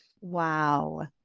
Wow